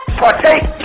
partake